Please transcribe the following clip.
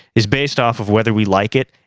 is based off of whether we like it.